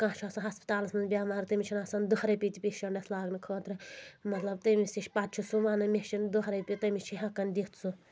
تہٕ کانٛہہ چھُ آسان ہسپتالن منٛز بٮ۪مار تٔمِس چھنہٕ آسان دہ رۄپیہِ تہِ پیشنٹس لاگنہٕ خٲطرٕ مطلب تٔمِس نِش پتہٕ چھُ سُہ ونان مےٚ چھنہٕ دہ رۄپیہِ تہِ تٔمِس چھِ ہٮ۪کان دِتھ سُہ